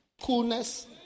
Coolness